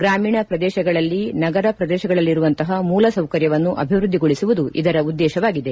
ಗ್ರಾಮೀಣ ಪ್ರದೇಶಗಳಲ್ಲಿ ನಗರ ಪ್ರದೇಶಗಳಲ್ಲಿರುವಂತಹ ಮೂಲ ಸೌಕರ್ಯವನ್ನು ಅಭಿವೃದ್ದಿಗೊಳಿಸುವುದು ಇದರ ಉದ್ದೇಶವಾಗಿದೆ